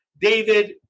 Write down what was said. David